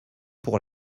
pour